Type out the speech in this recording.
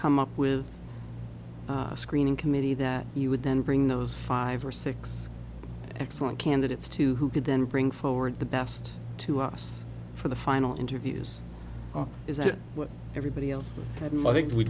come up with a screening committee that you would then bring those five or six excellent candidates to who could then bring forward the best to us for the final interviews is that what everybody else had